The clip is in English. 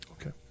Okay